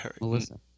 melissa